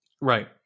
Right